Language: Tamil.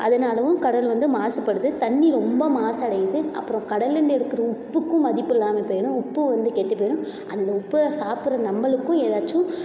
அதனாலவும் கடல் வந்து மாசுபடுது தண்ணி ரொம்ப மாசடையுது அப்புறம் கடலேருந்து எடுக்கிற உப்புக்கும் மதிப்பு இல்லாமப் போயிடும் உப்பு வந்து கெட்டுப் போயிடும் அந்த உப்பை சாப்பிட்ற நம்மளுக்கும் ஏதாச்சும்